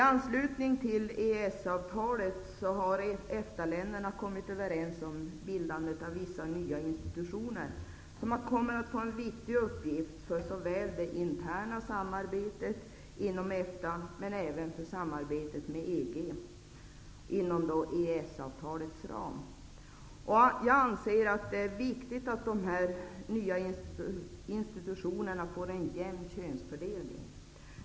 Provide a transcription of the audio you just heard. anslutning till EES-avtalet har EFTA-länderna kommit överens om bildandet av vissa nya institutioner som kommer att få en viktig uppgift såväl för det interna samarbetet inom EFTA som för samarbetet med EG inom EES-avtalets ram. Jag anser att det är viktigt att dessa nya institutioner får en jämn könsfördelning.